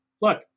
look